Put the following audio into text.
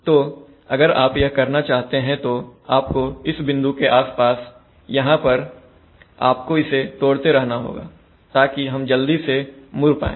तो अगर आप यह करना चाहते हैं तो आपको इस बिंदु के आसपास यहां पर आपको इसे तोड़ते रहना होगा ताकि हम जल्दी से मुड़ पाए